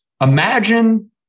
Imagine